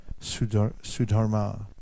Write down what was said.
Sudharma